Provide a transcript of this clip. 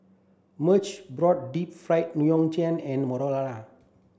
Marge brought Deep Fried Ngoh Hiang and Marlana